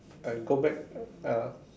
and go back ah